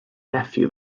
nephew